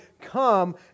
come